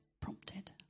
prompted